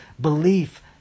belief